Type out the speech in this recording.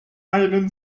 einen